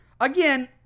Again